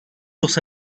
los